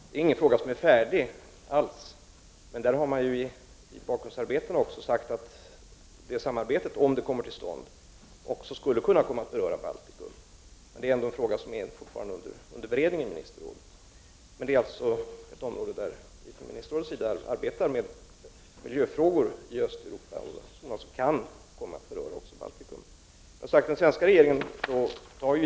Denna fråga är inte alls färdigbehandlad, men man har i bakgrundsarbetet sagt att detta samarbete — om det kommer till stånd — också skulle kunna komma att beröra Baltikum. Men frågan är alltså fortfarande under beredning i Ministerrådet. Inom detta område arbetar således Ministerrådet med frågor rörande miljön i Östeuropa, och i detta arbete kan vi också komma att beröra Baltikum.